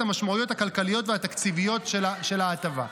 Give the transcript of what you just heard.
המשמעויות הכלכליות והתקציביות של ההטבה.